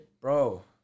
Bro